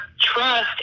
trust